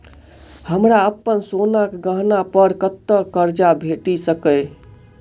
हमरा अप्पन सोनाक गहना पड़ कतऽ करजा भेटि सकैये?